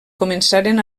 començaren